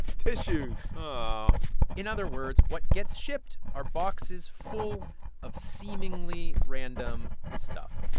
tissues oh in other words, what gets shipped are boxes full of seemingly random stuff,